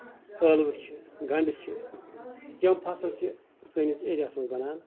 ٲلوٕ چھِ گَنٛڈٕ چھِ یِم فَصٕل چھِ سٲنِس ایریاہَس منٛز بَنان